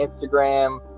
instagram